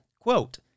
Quote